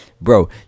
bro